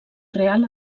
real